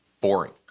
boring